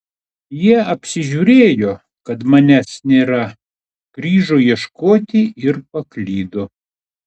jie apsižiūrėjo kad manęs nėra grįžo ieškoti ir paklydo